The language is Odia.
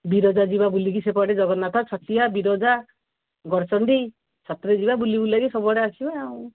ବିରଜା ଯିବା ବୁଲିକି ସେପଟେ ଜଗନ୍ନାଥ ଛତିଆ ବିରଜା ଗଡ଼ଚଣ୍ଡି ଯିବା ବୁଲି ବୁଲାକି ସବୁଆଡ଼େ ଆସିବା ଆଉ